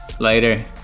later